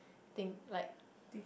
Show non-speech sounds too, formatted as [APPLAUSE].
I think like [BREATH]